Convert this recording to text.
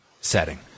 setting